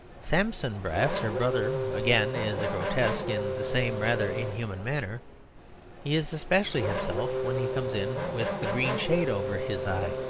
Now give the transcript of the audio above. sampson brass, her brother, again is a grotesque in the same rather inhuman manner he is especially himself when he comes in with the green shade over his eye.